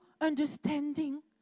understanding